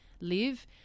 live